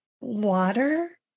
water